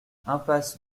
impasse